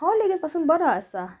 हो लेगीन पासून बरो आसा